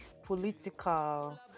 political